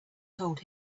told